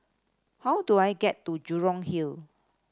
how do I get to Jurong Hill